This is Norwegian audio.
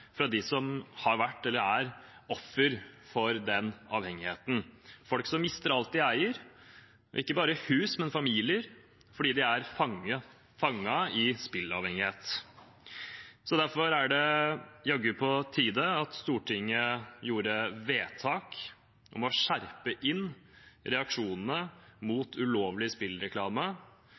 som er eller har vært offer for den avhengigheten – folk som mister alt de eier, ikke bare huset, men også familien, fordi de er fanget i spilleavhengighet. Derfor er det jaggu på tide at Stortinget gjorde vedtak om å skjerpe inn reaksjonene mot ulovlig